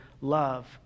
love